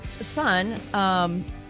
son